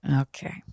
Okay